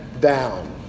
down